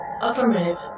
Affirmative